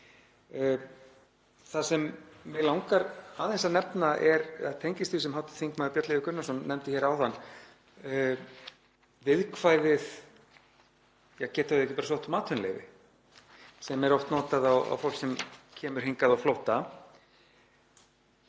Það sem mig langar aðeins að nefna tengist því sem hv. þm. Björn Leví Gunnarsson nefndi hér áðan, viðkvæðinu: Ja, geta þau ekki bara sótt um atvinnuleyfi? Það er oft notað á fólk sem kemur hingað á flótta.